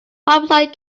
homicide